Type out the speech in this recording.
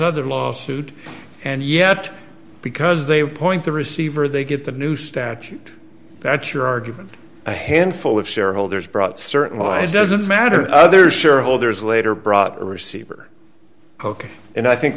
another lawsuit and yet because they point the receiver they get the new statute that your argument a handful of shareholders brought certain lies doesn't matter other shareholders later brought receiver coke and i think